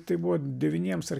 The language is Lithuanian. tai buvo devyniems ar